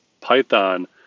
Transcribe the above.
Python